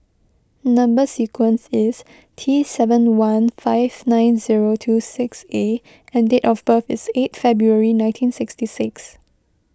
Number Sequence is T seven one five nine zero two six A and date of birth is eight February nineteen sixty six